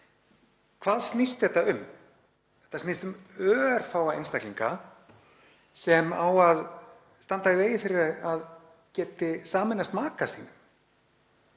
Hvað snýst þetta um? Þetta snýst um örfáa einstaklinga sem á að standa í vegi fyrir að geti sameinast maka sínum